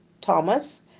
Thomas